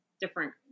different